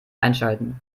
einschalten